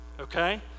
okay